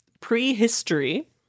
prehistory